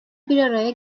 biraraya